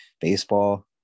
baseball